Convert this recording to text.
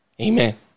Amen